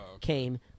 came –